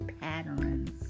patterns